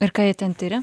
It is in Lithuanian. ir ką jie ten tiria